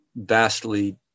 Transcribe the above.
vastly